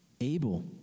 Abel